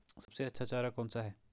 सबसे अच्छा चारा कौन सा है?